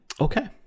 okay